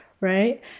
right